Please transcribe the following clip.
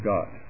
God